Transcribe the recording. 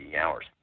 hours